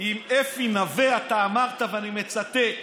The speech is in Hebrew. עם אפי נוה אתה אמרת, ואני מצטט,